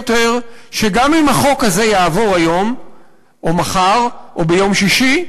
שגם אם החוק הזה יעבור היום או מחר או ביום שישי,